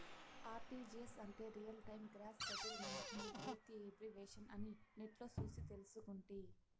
RTGS అంటే real time gross సెటిల్మెంటని పూర్తి ఎబ్రివేషను అని నెట్లో సూసి తెల్సుకుంటి